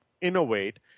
innovate